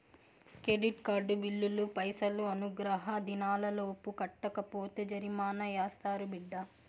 credit card బిల్లులు పైసలు అనుగ్రహ దినాలలోపు కట్టకపోతే జరిమానా యాస్తారు బిడ్డా